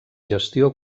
gestió